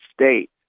state